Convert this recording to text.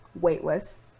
weightless